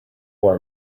our